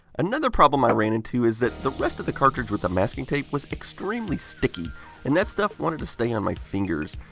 another problem i ran into is that the rest of the cartridge with the masking tape was extremely sticky and that stuff wanted to stay on my fingers.